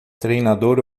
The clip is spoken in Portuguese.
treinador